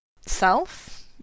self